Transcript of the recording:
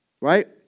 Right